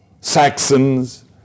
Saxons